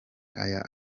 aya